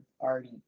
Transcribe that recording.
already